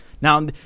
Now